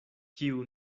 kiu